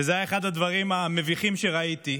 וזה היה אחד הדברים המביכים שראיתי.